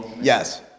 Yes